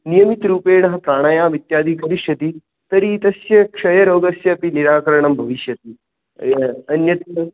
नियमितरूपेण प्राणायामः इत्यादि भविष्यति तर्हि तस्य क्षयरोगस्यापि निराकरणं भविष्यति अन्यत्